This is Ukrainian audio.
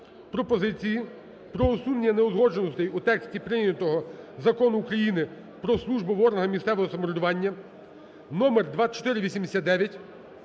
пропозицію про усунення неузгодженостей у тексті прийнятого Закону України про службу в органах місцевого самоврядування (номер 2489)